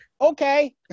okay